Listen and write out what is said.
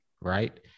Right